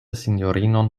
sinjorinon